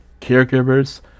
caregivers